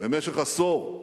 במשך עשור,